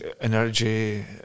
energy